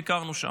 ביקרנו שם.